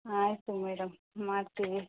ಆಯಿತು ಮೇಡಮ್ ಮಾಡ್ತೀವಿ